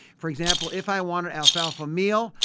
for example, if i wanted alfalfa meal,